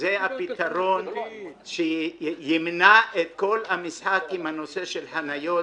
שזה הפתרון שימנע את כל המשחק עם החניות.